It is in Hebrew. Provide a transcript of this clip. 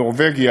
נורבגיה,